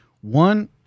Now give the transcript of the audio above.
one